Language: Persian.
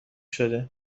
شده